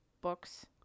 books